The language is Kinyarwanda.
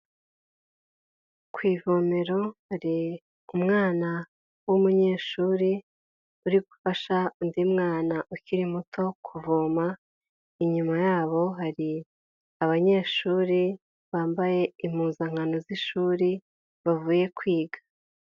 Ku ivomero hari umwana w'umunyeshuri uri gufasha undi mwana ukiri muto kuvoma, inyuma yabo hari abanyeshuri bambaye impuzankano z'ishuri bavuye kwiga.